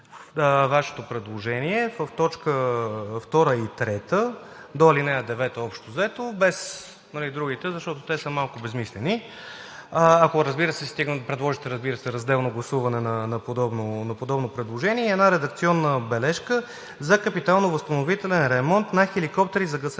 Вашето предложение в т. 2 и 3 до ал. 9, общо взето, без другите, нали, защото те са малко безсмислени. Ако, разбира се, предложите разделно гласуване на подобно предложение. И една редакционна бележка: „За капитално-възстановителен ремонт на хеликоптери за гасене